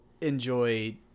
Enjoy